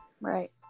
Right